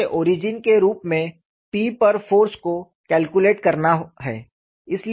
मुझे ओरिजिन के रूप में P पर फ़ोर्स को कैलकुलेट करना है